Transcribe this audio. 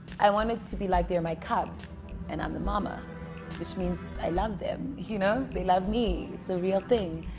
i want it to be like they're my cubs and i'm the mama which means i love them you know they love me it's a real thing.